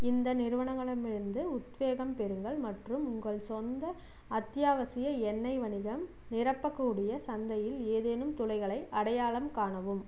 இந்த நிறுவனங்களிடமிருந்து உத்வேகம் பெறுங்கள் மற்றும் உங்கள் சொந்த அத்தியாவசிய எண்ணெய் வணிகம் நிரப்பக்கூடிய சந்தையில் ஏதேனும் துளைகளை அடையாளம் காணவும்